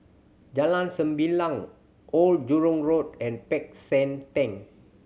Jalan Sembilang Old Jurong Road and Peck San Theng